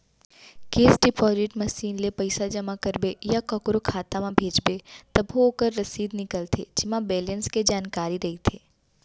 cash deposit machine ले पइसा जमा करबे या कोकरो खाता म भेजबे तभो ओकर रसीद निकलथे जेमा बेलेंस के जानकारी रइथे